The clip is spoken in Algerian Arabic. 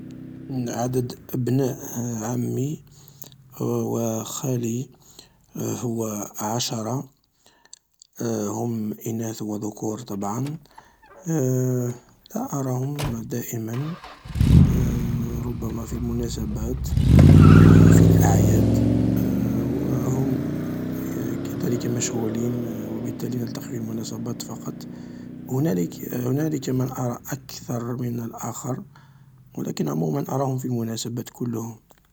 عدد أبناء عمي و خالي هو عشرة, هم اناث و ذكور طبعا, لا أراهم دائما, ربما في المناسبات, و في الأعياد, و هم كذلك مشغولين و بالتالي نلتقي في المناسبات فقط, هنالك هنالك من أرى أكثر من الاخر لكن عموما أراهم في المناسبات كلهم.